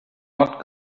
not